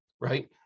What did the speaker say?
right